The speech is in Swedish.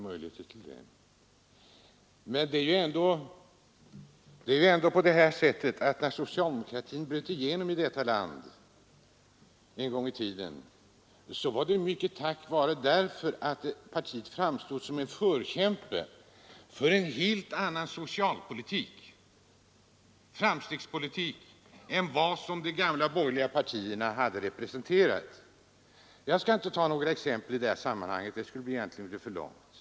Men det är ändå så att socialdemokratin när den en gång i tiden bröt igenom i detta land gjorde det mycket därför att partiet framstod som en förkämpe för en helt annan socialpolitik, framstegspolitik, än den som de gamla borgerliga partierna hade representerat. Jag skall inte ta några exempel i det här sammanhanget, eftersom det skulle göra mitt inlägg alldeles för långt.